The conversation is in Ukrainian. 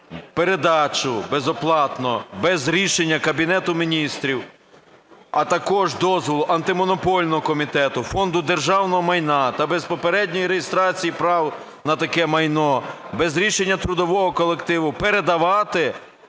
передачу безоплатно без рішення Кабінету Міністрів, а також дозволу Антимонопольного комітету, Фонду державного майна та без попередньої реєстрації прав на таке майно, без рішення трудового колективу передавати